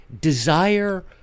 desire